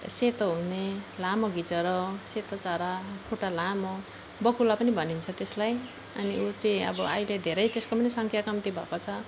सेतो हुने लामो घिच्रो सेतो चरा खुट्टा लामो बकुल्ला पनि भनिन्छ त्यसलाई अनि ऊ चाहिँ अब अहिले धेरै त्यसको पनि सङ्ख्या कम्ती भएको छ